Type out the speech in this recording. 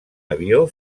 avió